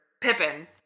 Pippin